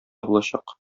булачак